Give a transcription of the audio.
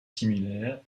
similaires